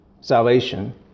salvation